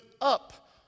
up